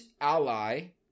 ally